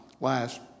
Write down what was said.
last